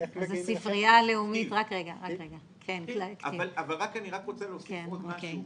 אני רק רוצה להוסיף עוד משהו,